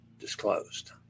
disclosed